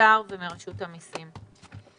האוצר ומרשות המסים.